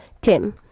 Tim